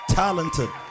talented